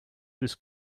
this